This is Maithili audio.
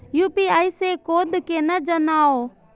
यू.पी.आई से कोड केना जानवै?